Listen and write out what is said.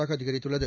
ஆக அதிகரித்துள்ளது